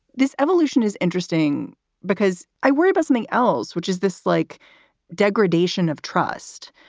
this evolution is interesting because i worry about something else, which is this like degradation of trust,